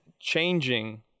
changing